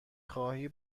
خواهی